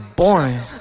boring